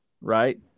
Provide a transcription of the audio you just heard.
right